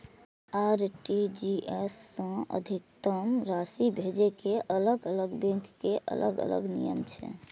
RTGS सं अधिकतम राशि भेजै के अलग अलग बैंक के अलग अलग नियम छै